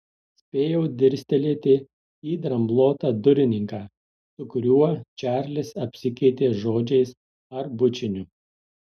spėjau dirstelėti į dramblotą durininką su kuriuo čarlis apsikeitė žodžiais ar bučiniu